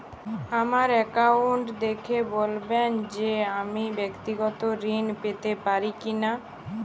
আমার অ্যাকাউন্ট দেখে বলবেন যে আমি ব্যাক্তিগত ঋণ পেতে পারি কি না?